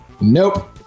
Nope